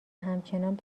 همچنان